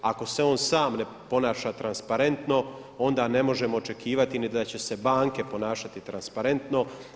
Ako se on sam ne ponaša transparentno onda ne možemo očekivati ni da će se banke ponašati transparentno.